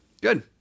Good